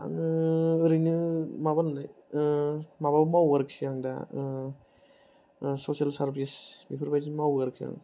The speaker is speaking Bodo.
आङो ओरैनो माबाबो मावो आरोखि आं दा ससियेल सार्बिस बेफोरबादि मावो आरोखि